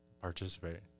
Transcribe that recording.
participate